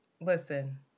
Listen